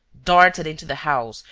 darted into the house,